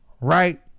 right